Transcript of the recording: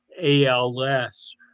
ALS